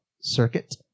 circuit